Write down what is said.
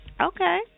okay